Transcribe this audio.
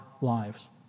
lives